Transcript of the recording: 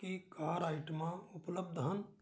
ਕੀ car ਆਈਟਮਾਂ ਉਪਲਬਧ ਹਨ